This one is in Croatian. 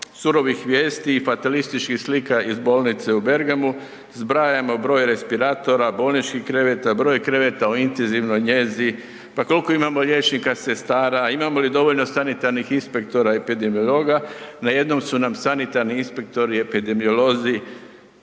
surovih vijesti i fatalističkih slika iz bolnice u Bergamu zbrajamo broj respiratora, bolničkih kreveta, broj kreveta u intenzivnoj njezi, pa kolko imamo liječnika, sestara, imamo li dovoljno sanitarnih inspektora i epidemiologa. Najednom su nam sanitarni inspektori i epidemiolozi,